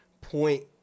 point